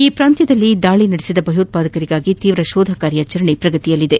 ಈ ಪ್ರಾಂತ್ಯದಲ್ಲಿ ದಾಳಿ ನಡೆಸಿದ ಭಯೋತ್ವಾದಕರಿಗಾಗಿ ತೀವ್ರ ಶೋಧ ಕಾರ್ಯಾಚರಣೆ ನಡೆಯುತ್ತಿದೆ